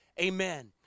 Amen